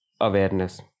awareness